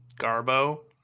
Garbo